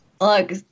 Look